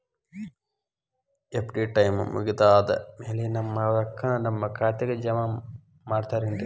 FD time ಮುಗಿದಾದ್ ಮ್ಯಾಲೆ ನಮ್ ರೊಕ್ಕಾನ ನಮ್ ಖಾತೆಗೆ ಜಮಾ ಮಾಡ್ತೇರೆನ್ರಿ?